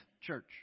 church